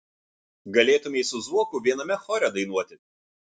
galėtumei su zuoku viename chore dainuoti